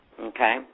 Okay